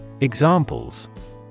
Examples